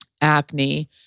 acne